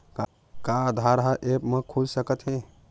का आधार ह ऐप म खुल सकत हे?